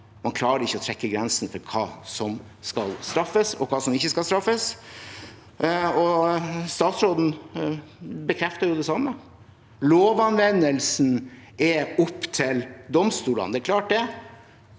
Man klarer ikke å trekke grensene for hva som skal straffes, og hva som ikke skal straffes. Statsråden bekrefter det samme, lovanvendelsen er opp til domstolene. Det er klart, men